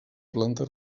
planta